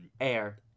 Air